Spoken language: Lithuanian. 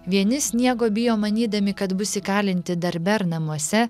vieni sniego bijo manydami kad bus įkalinti darbe ar namuose